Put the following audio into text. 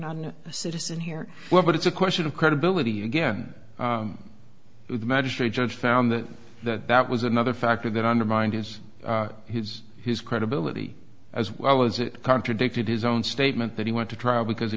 not a citizen here well but it's a question of credibility again the magistrate judge found that that was another factor that undermined his his his credibility as well as it contradicted his own statement that he went to trial because he